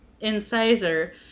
Incisor